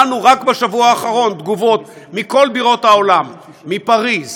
רק בשבוע האחרון קיבלנו תגובות מכל בירות העולם: מפריז,